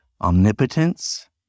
omnipotence